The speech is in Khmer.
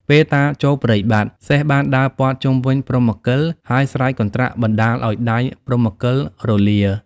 ពេលតាចូលព្រៃបាត់ សេះបានដើរព័ទ្ធជុំវិញព្រហ្មកិល ហើយស្រែកកន្ត្រាក់បណ្តាលឱ្យដៃព្រហ្មកិលរលា ។